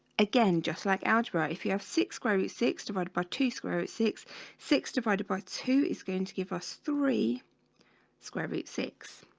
again, just like algebra if you have six square root six divided by two three six six divided by two is going to give us three square root six